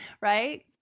Right